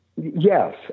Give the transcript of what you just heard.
Yes